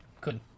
Good